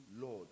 Lord